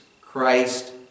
Christ